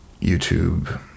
YouTube